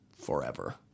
forever